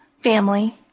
family